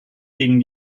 gegen